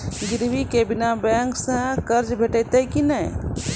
गिरवी के बिना बैंक सऽ कर्ज भेटतै की नै?